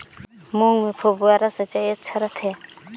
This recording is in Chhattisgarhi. मूंग मे फव्वारा सिंचाई अच्छा रथे?